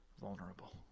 vulnerable